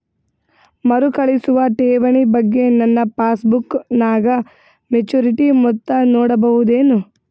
ಮರುಕಳಿಸುವ ಠೇವಣಿ ಬಗ್ಗೆ ನನ್ನ ಪಾಸ್ಬುಕ್ ನಾಗ ಮೆಚ್ಯೂರಿಟಿ ಮೊತ್ತ ನೋಡಬಹುದೆನು?